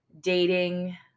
dating